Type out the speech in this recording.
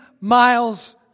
miles